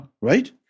Right